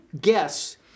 guess